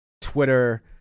Twitter